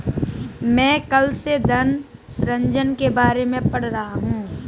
मैं कल से धन सृजन के बारे में पढ़ रहा हूँ